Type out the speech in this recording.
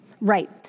Right